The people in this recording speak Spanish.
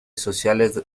sociales